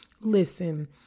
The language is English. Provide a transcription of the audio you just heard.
Listen